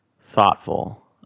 thoughtful